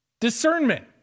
Discernment